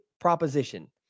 proposition